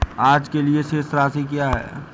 आज के लिए शेष राशि क्या है?